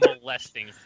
molesting